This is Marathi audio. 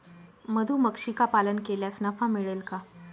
मधुमक्षिका पालन केल्यास नफा मिळेल का?